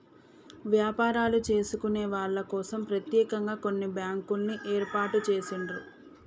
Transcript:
వ్యాపారాలు చేసుకునే వాళ్ళ కోసం ప్రత్యేకంగా కొన్ని బ్యాంకుల్ని ఏర్పాటు చేసిండ్రు